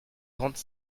grandes